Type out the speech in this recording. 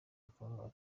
akababaro